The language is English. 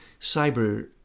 cyber